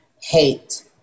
hate